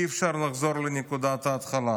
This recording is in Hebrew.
אי-אפשר לחזור לנקודת ההתחלה,